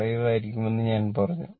5 ആയിരിക്കുമെന്ന് ഞാൻ പറഞ്ഞു